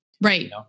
Right